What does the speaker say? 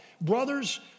Brothers